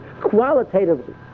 qualitatively